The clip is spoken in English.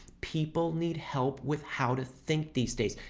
people need help with how to think these days.